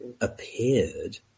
appeared